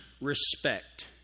respect